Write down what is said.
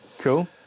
cool